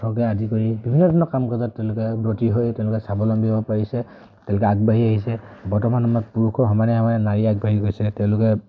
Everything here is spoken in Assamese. পথকে আদি কৰি বিভিন্ন ধৰণৰ কাম কাজত তেওঁলোকে ব্ৰতী হৈ তেওঁলোকে স্বাৱলম্বী হ'ব পাৰিছে তেওঁলোকে আগবাঢ়ি আহিছে বৰ্তমান আমাৰ পুৰুষৰ সমানে সমানে নাৰী আগবাঢ়ি গৈছে তেওঁলোকে